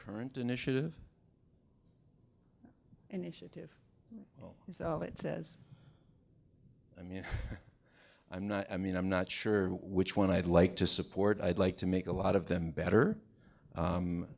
current initiative initiative is all it says i mean i'm not i mean i'm not sure which one i'd like to support i'd like to make a lot of them better